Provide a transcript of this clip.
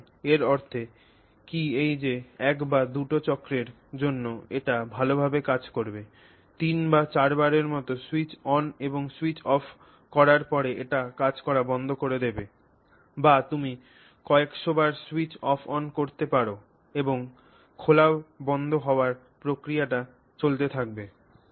সুতরাং এর অর্থ কি এই যে এক বা দুটি চক্রের জন্য এটি ভালভাবে কাজ করবে তিন বা চারবারের মতো স্যুইচ অন এবং সুইচ অফ করার পরে এটি কাজ করা বন্ধ করে দেবে বা তুমি কয়েকশবার স্যুইচ অফ অন করতে পার এবং খোলা বন্ধ হওয়ার প্রক্রিয়াটি চলতে থাকবে